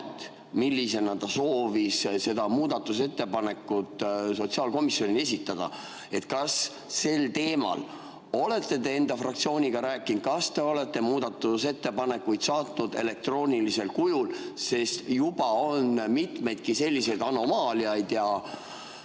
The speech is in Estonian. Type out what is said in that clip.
millisena ta soovis seda muudatusettepanekut sotsiaalkomisjonile esitada. Kas te sel teemal olete enda fraktsiooniga rääkinud, kas te olete muudatusettepanekud saatnud elektroonilisel kujul, sest juba on mitmeidki selliseid anomaaliaid?